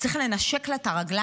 צריך לנשק לה את הרגליים,